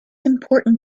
important